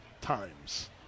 times